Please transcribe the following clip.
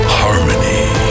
harmony